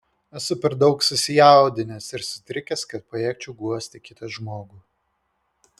esu per daug susijaudinęs ir sutrikęs kad pajėgčiau guosti kitą žmogų